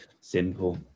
Simple